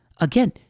again